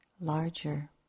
larger